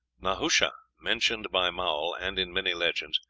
nahusha, mentioned by maull, and in many legends,